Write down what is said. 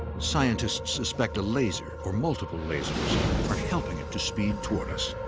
scientists suspect a laser or multiple lasers are helping it to speed toward us.